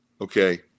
okay